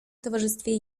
towarzystwie